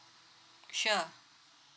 sure